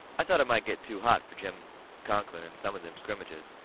i've thought it might get too hot for jim conklin in some of them scrimmages,